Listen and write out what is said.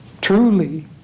truly